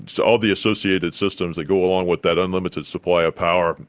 so all the associated systems that go along with that unlimited supply of power,